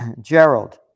gerald